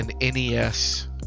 NES